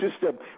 system